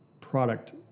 product